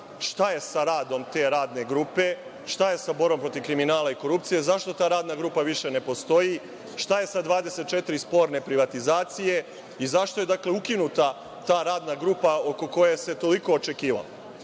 Šta je sa radom te radne grupe? Šta je sa borbom protiv kriminala i korupcije? Zašto ta radna grupa više ne postoji? Šta je sa 24 sporne privatizacije? I zašto je, dakle, ukinuta ta radna grupa oko koje se toliko očekivalo?S